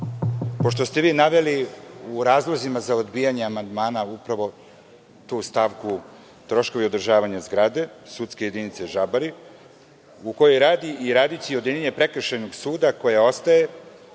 Pošto ste vi naveli u razlozima za odbijanje amandmana upravo tu stavku – troškovi održavanja zgrade, sudske jedinice Žabari, u kojoj radi i radi će odeljenje Prekršajnog suda koji ostaje